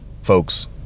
folks